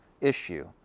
issue